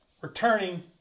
returning